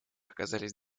оказались